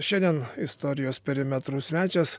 šiandien istorijos perimetrų svečias